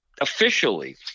officially